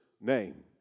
name